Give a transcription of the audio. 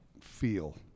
feel